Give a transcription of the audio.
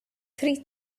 three